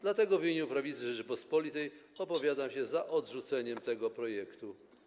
Dlatego w imieniu Prawicy Rzeczypospolitej opowiadam się za odrzuceniem tego projektu.